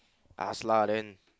ask lah then